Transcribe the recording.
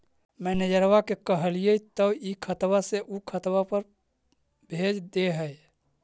मैनेजरवा के कहलिऐ तौ ई खतवा से ऊ खातवा पर भेज देहै?